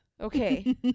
Okay